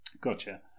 Gotcha